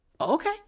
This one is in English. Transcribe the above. Okay